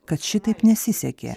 kad šitaip nesisekė